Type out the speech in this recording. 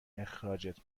اخراجت